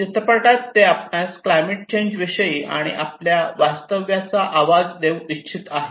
चित्रपटात ते आपणास क्लायमेट चेंज विषयी आणि आपल्या वास्तव्याचा आवाज देऊ इच्छित आहेत